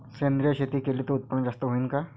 सेंद्रिय शेती केली त उत्पन्न जास्त होईन का?